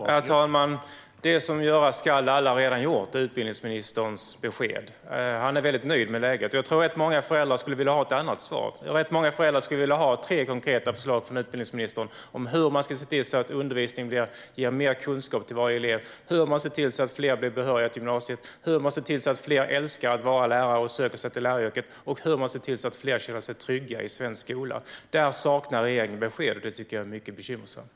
Herr talman! Det som göras ska är redan gjort, är utbildningsministerns besked. Han är väldigt nöjd med läget. Jag tror att många föräldrar skulle vilja ha ett annat svar. De skulle nog vilja ha tre konkreta förslag från utbildningsministern om hur man ska se till att undervisningen ger mer kunskap till varje elev, hur man ska se till att fler blir behöriga till gymnasiet, hur man ska se till att fler älskar att vara lärare och söker sig till läraryrket och hur man ska se till att fler känner sig trygga i svensk skola. Där saknar regeringen besked, och det tycker jag är mycket bekymmersamt.